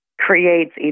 creates